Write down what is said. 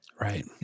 right